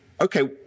okay